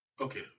Okay